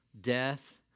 death